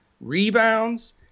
rebounds